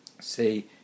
say